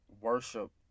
worship